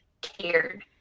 cared